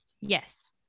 yes